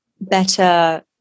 better